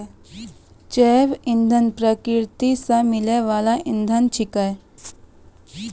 जैव इंधन प्रकृति सॅ मिलै वाल इंधन छेकै